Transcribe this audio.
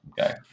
okay